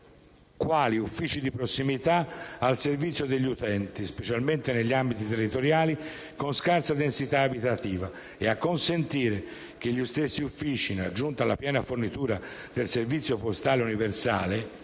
quali uffici di prossimità al servizio degli utenti, specialmente negli ambiti territoriali con scarsa densità abitativa e a consetire che gli stessi uffici, in aggiunta alla piena fornitura del servizio postale universale,